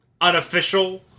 unofficial